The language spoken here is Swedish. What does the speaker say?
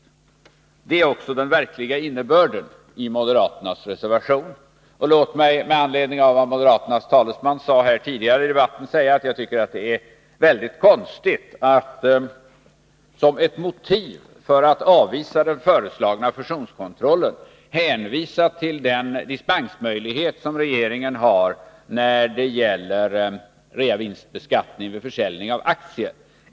Det är också den verkliga innebörden i moderaternas reservation. Låt mig här säga med anledning av vad moderaternas talesman sade tidigare i debatten, att det är väldigt konstigt att som ett motiv för att avvisa den föreslagna fusionskontrollen hänvisa till den dispensmöjlighet som regeringen har när det gäller reavinstbeskattning vid försäljning av aktier.